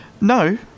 No